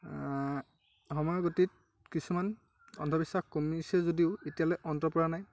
সময়ৰ গতিত কিছুমান অন্ধবিশ্বাস কমিছে যদিও এতিয়ালৈ অন্ত পৰা নাই